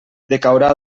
decaurà